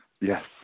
Yes